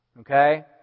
Okay